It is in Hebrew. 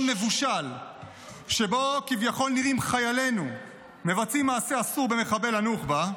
מבושל שבו כביכול נראים חיילינו מבצעים מעשה אסור במחבל הנוח'בה,